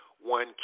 One